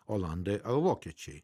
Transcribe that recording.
olandai ar vokiečiai